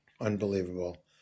unbelievable